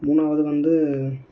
மூணாவது வந்து